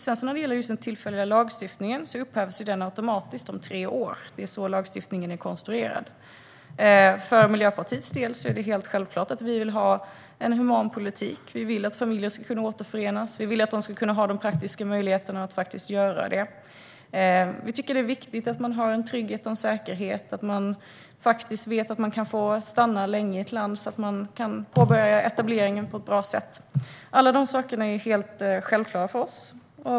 Den tillfälliga lagstiftningen upphävs automatiskt om tre år. Det är så lagstiftningen är konstruerad. För Miljöpartiets del är det helt självklart att vi vill ha en human politik. Vi vill att familjer ska kunna återförenas. Vi vill att de ska kunna ha de praktiska möjligheterna att göra det. Vi tycker att det är viktigt att man har en trygghet och en säkerhet och att man vet att man kan få stanna länge i ett land, så att man kan påbörja etableringen på ett bra sätt. Alla de sakerna är helt självklara för oss.